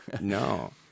no